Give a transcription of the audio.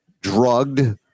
drugged